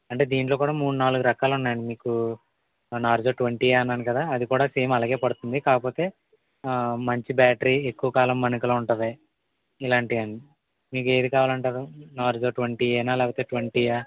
అంటే దీంట్లో కూడా మూడు నాలుగు రకాలు ఉన్నాయండి అంటే మీకు నార్జో ట్వంటీ అన్నాను కదా అది కూడా సేమ్ అలాగే పడుతుంది కాకపోతే ఆ మంచి బ్యాటరీ ఎక్కువ కాలం మన్నికలో ఉంటుంది ఇలాంటివి మీకు ఏది కావాలంటారు నార్జో ట్వంటీ ఏనా లేదా ట్వంటీఆ